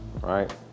right